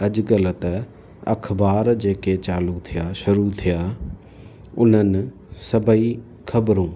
अॼु कल्ह त अख़बार जेके चालू थिया शुरू थिया उन्हनि सभई ख़बरूं